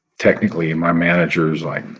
technically, my manager was like,